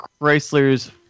Chrysler's